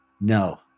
no